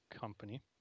company